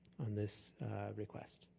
on this request?